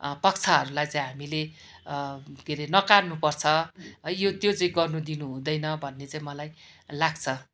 पक्षहरूलाई चाहिँ हामीले के रे नकार्नु पर्छ है यो त्यो चाहिँ गर्नु हुँदैन भन्ने चाहिँ मलाई लाग्छ